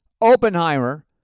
Oppenheimer